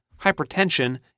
hypertension